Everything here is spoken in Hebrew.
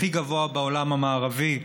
הכי גבוה בעולם המערבי,